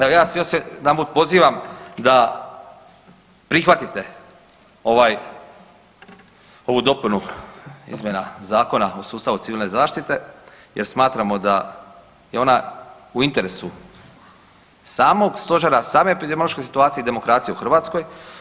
Evo ja vas još jedanput pozivam da prihvatite ovu dopunu izmjena Zakona o sustavu civilne zaštite jer smatramo da je ona u interesu samog stožera, same epidemiološke situacije i demokracije u Hrvatskoj.